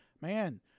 man